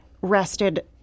rested